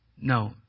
No